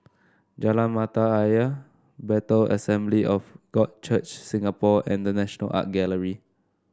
Jalan Mata Ayer Bethel Assembly of God Church Singapore and The National Art Gallery